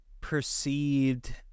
perceived